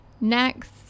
Next